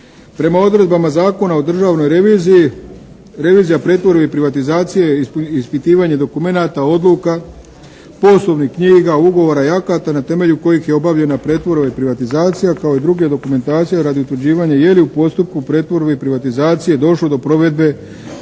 Prema odredbama Zakona o državnoj reviziji revizija pretvorbe i privatizacije i ispitivanje dokumenata, odluka, poslovnih knjiga, ugovora i akata na temelju kojih je obavljena pretvorba i privatizacija kao i druge dokumentacije radi utvrđivanja je li u postupku pretvorbe i privatizacije došlo do provedbe